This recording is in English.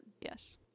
Yes